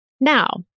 Now